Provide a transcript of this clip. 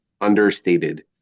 understated